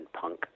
punk